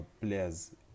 players